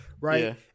right